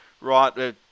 right